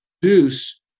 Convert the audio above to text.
produce